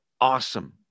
awesome